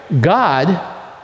God